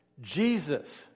Jesus